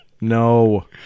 No